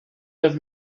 have